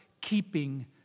keeping